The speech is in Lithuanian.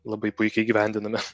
labai puikiai įgyvendiname